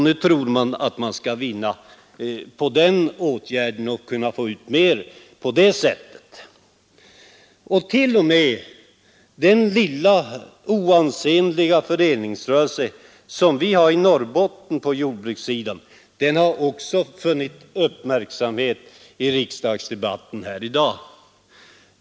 Nu tror man att man skall vinna mera på den åtgärden. T.o.m. den lilla och oansenliga föreningsrörelse som finns inom jordbruket i Norrbotten har uppmärksammats i dagens riksdagsdebatt.